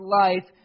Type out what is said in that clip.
life